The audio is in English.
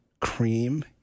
cream